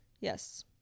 Yes